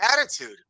attitude